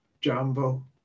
Jambo